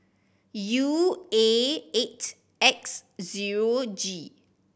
U A eight X zero G